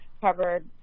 covered